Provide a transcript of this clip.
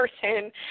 person